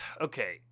okay